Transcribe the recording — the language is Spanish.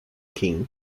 king